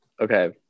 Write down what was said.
Okay